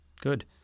Good